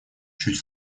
чуть